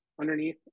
underneath